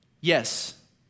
Yes